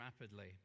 rapidly